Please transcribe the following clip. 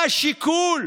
מה השיקול?